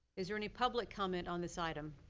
is there any public comment on this item?